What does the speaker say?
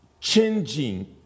changing